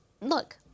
look